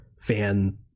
fan